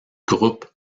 groupe